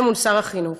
ומול שר החינוך,